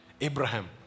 Abraham